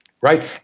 Right